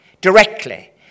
directly